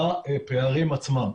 לפערים עצמם.